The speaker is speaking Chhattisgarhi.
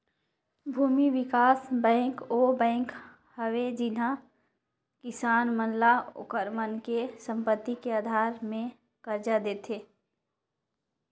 भूमि बिकास बेंक ओ बेंक हवे जिहां किसान मन ल ओखर मन के संपति के आधार मे करजा देथे